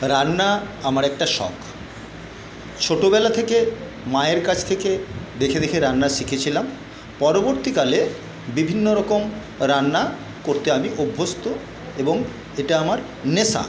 রান্না আমার একটা শখ ছোটোবেলা থেকে মায়ের কাছ থেকে দেখে দেখে রান্না শিখেছিলাম পরবর্তীকালে বিভিন্ন রকম রান্না করতে আমি অভ্যস্ত এবং এটা আমার নেশা